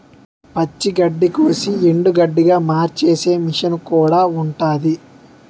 పచ్చి గడ్డికోసి ఎండుగడ్డిగా మార్చేసే మిసన్ కూడా ఉంటాది